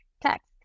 text